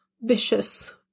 vicious